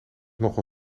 nogal